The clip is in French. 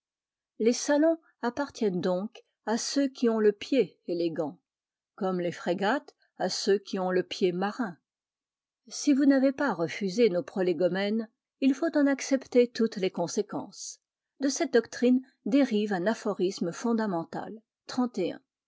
les salons appartiennent donc à ceux qui ont le pied élégant comme les frégates à ceux qui ont le pied marin si vous n'avez pas refusé nos prolégomènes il faut en accepter toutes les conséquences de cette doctrine dérive un aphorisme fondamental